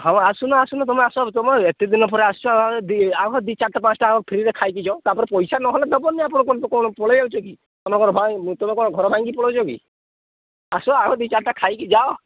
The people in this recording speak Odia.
ହଁ ଆସୁନ ଆସୁନା ତୁମେ ତୁମ ଏତେ ଦିନ ପରେ ଆସ ଆହ ଦୁଇ ଚାରିଟା ପାଞ୍ଚଟା ଆ ଫ୍ରିରେ ଖାଇକି ଯିବ ତା'ପରେ ପଇସା ନହେଲେ ଦେବନି ଆପଣ କ'ଣ ପଳାଇ ଯାଉଛ କି କ'ଣ ଭାଇ ତମେ କ'ଣ ଘର ଭାଙ୍ଗିକି ପଳାଇଛ କି ଆସ ଆଗ ଦୁଇ ଚାରିଟା ଖାଇକି ଯାଅ